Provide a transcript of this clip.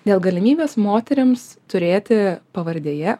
dėl galimybės moterims turėti pavardėje